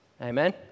Amen